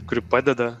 kuri padeda